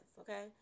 okay